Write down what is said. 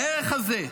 הערך הזה,